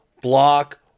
block